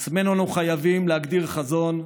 לעצמנו אנו חייבים להגדיר חזון,